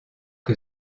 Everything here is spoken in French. que